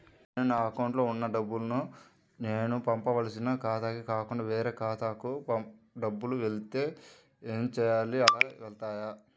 నేను నా అకౌంట్లో వున్న డబ్బులు నేను పంపవలసిన ఖాతాకి కాకుండా వేరే ఖాతాకు డబ్బులు వెళ్తే ఏంచేయాలి? అలా వెళ్తాయా?